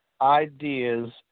ideas